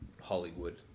Hollywood